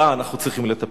בה אנחנו צריכים לטפל.